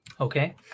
okay